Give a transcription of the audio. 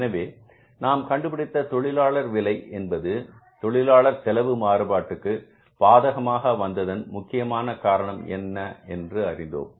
எனவே நாம் கண்டுபிடித்த தொழிலாளர் விலை என்பது தொழிலாளர் செலவு மாறுபாட்டுக்கு பாதகமாக வந்ததற்கான முக்கிய காரணம் என அறிந்தோம்